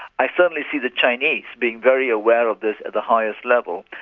i certainly see the chinese being very aware of this at the highest level.